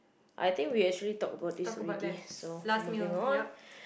I think we actually talk about this already so moving on